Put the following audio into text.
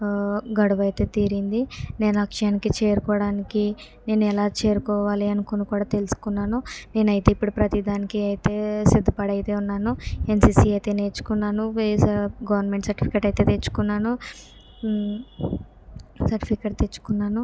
ఆ గడువైతే తీరింది నేను లక్ష్యానికి చేరుకోవడానికి నేను ఎలా చేరుకోవాలి అనుకుని కూడా తెలుసుకున్నాను నేనైతే ఇప్పుడు ప్రతిదానికి అయితే సిద్ధపడి అయితే ఉన్నాను ఎన్సిసి అయితే నేర్చుకున్నాను నేనే గవర్నమెంట్ సర్టిఫికెట్ అయితే తెచ్చుకున్నాను సర్టిఫికెట్ తెచ్చుకున్నాను